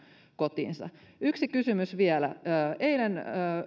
kotiinsa yksi kysymys vielä eilen